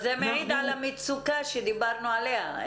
זה מעיד על המצוקה שדיברנו עליה.